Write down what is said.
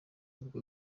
ubwo